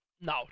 No